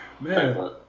Man